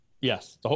Yes